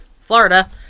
florida